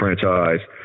franchise